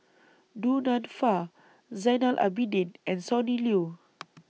Du Nanfa Zainal Abidin and Sonny Liew